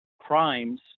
crimes